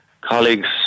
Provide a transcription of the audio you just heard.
colleagues